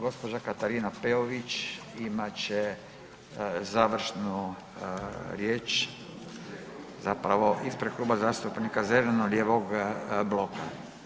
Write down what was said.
Gospođa Katarina Peović imat će završno riječ, zapravo ispred Kluba zastupnika Zeleno-lijevog bloka.